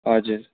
हजुर